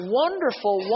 wonderful